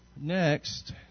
Next